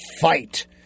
fight